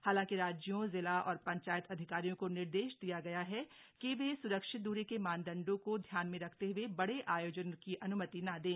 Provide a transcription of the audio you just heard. हालांकि राज्यों जिला और पंचायत अधिकारियों को निर्देश दिया गया है कि वे स्रक्षित द्री के मानदंडों को ध्यान में रखते हुए बड़े आयोजन की अन्मति न दें